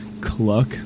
cluck